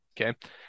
Okay